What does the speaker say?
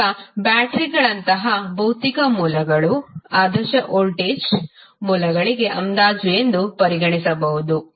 ಈಗ ಬ್ಯಾಟರಿಗಳಂತಹ ಭೌತಿಕ ಮೂಲಗಳು ಆದರ್ಶ್ ವೋಲ್ಟೇಜ್ ಮೂಲಗಳಿಗೆ ಅಂದಾಜು ಎಂದು ಪರಿಗಣಿಸಬಹುದು